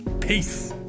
Peace